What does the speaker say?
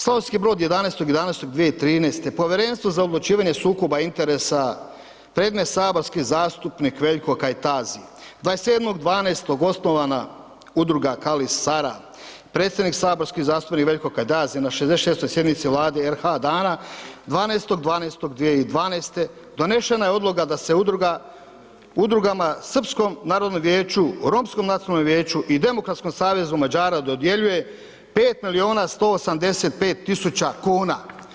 Slavonski Brod, 11.11.2013., Povjerenstvo za odlučivanje sukoba interesa, predmet saborski zastupnik Veljko Kajtazi, 27.12. osnovana Udruga Kali Sara, predstavnik saborski zastupnik Veljko Kajtazi, na 66. sjednici Vlade RH dana 12.12.2012. donešena je Odluka da se Udrugama Srpskom narodnom vijeću, Romskom nacionalnom vijeću i Demokratskom savezu Mađara dodjeljuje 5 milijuna 185 tisuća kuna.